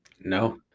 No